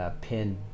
pin